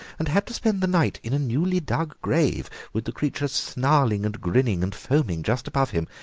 and had to spend the night in a newly dug grave with the creatures snarling and grinning and foaming just above him.